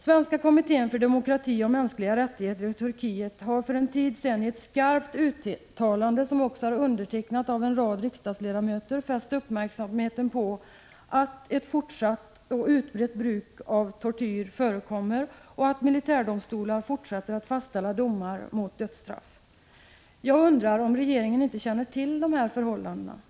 Svenska kommittén för demokrati och mänskliga rättigheter i Turkiet har för en tid sedan i ett skarpt uttalande, som också har undertecknats av en rad riksdagsledamöter, fäst uppmärksamheten på att ett fortsatt och utbrett bruk av tortyr förekommer och att militärdomstolar fortsätter att fastställa domar om dödsstraff. Jag undrar om regeringen inte känner till dessa förhållanden.